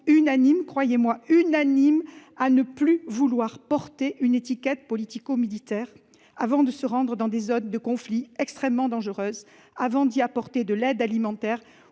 croyez-moi -à ne plus vouloir porter d'étiquette politico-militaire avant de se rendre dans des zones de conflit extrêmement dangereuses pour y apporter de l'aide alimentaire